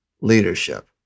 leadership